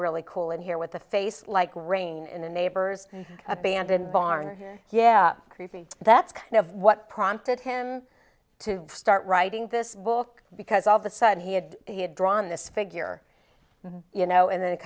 really cool and here with a face like rain in a neighbor's abandoned barn yeah creepy that's kind of what prompted him to start writing this book because all the sudden he had he had drawn this figure you know and then it